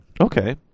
Okay